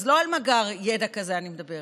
אז לא על מאגר ידע כזה אני מדברת.